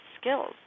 skills